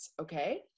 okay